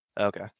Okay